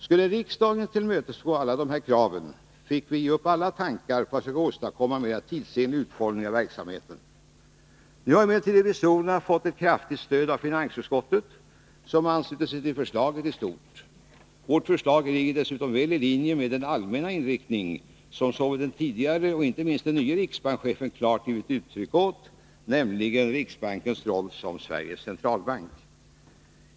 Skulle riksdagen tillmötesgå alla dessa krav, fick vi ge upp alla tankar på att åstadkomma en mer tidsenlig utformning av verksamheten. Nu har emellertid revisorerna fått ett kraftigt stöd av finansutskottet, som i stort ansluter sig till förslaget. Vårt förslag ligger dessutom väl i linje med den allmänna inriktning som såväl den tidigare som inte minst den nye riksbankschefen klart givit uttryck åt, nämligen riksbankens roll som Sveriges centralbank.